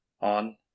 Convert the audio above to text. on